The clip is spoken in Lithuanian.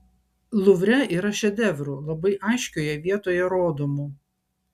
luvre yra šedevrų labai aiškioje vietoj rodomų